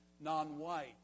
non-white